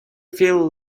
feel